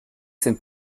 sind